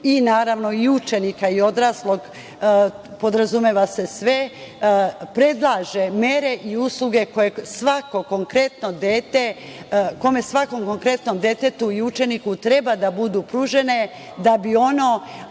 i naravno i učenika i odraslog, podrazumeva se sve, predlaže mere i usluge kome svakom konkretnom detetu i učeniku treba da budu pružene da bi ono